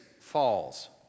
falls